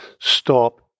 stop